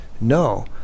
No